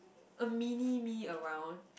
a mini me around